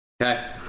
Okay